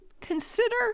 consider